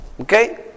okay